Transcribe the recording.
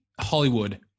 Hollywood